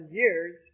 years